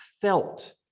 felt